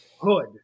Hood